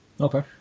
Okay